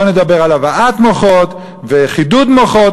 בואו נדבר על הבאת מוחות וחידוד מוחות,